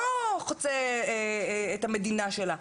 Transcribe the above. לא חוצה את המדינה שלה,